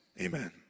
Amen